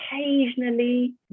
occasionally